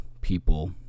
people